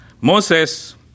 Moses